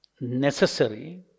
necessary